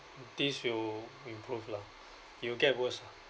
this will improve lah it will get worse lah